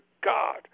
God